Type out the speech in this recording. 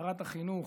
שרת החינוך.